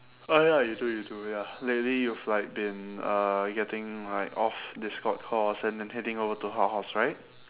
oh ya you do you do ya lately you've like been uh getting like off discord course and then heading over to her house right